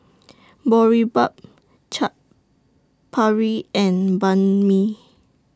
Boribap Chaat Papri and Banh MI